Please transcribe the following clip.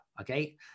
okay